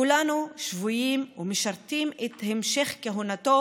כולנו שבויים ומשרתים את המשך כהונתו